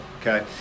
okay